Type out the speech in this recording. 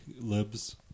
Libs